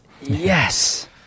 Yes